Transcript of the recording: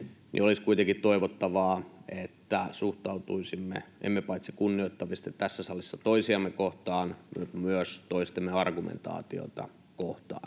olisi kuitenkin toivottavaa, että suhtautuisimme kunnioittavasti tässä salissa paitsi toisiamme kohtaan myös toistemme argumentaatiota kohtaan.